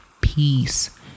peace